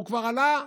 הוא כבר עלה,